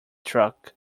truck